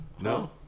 No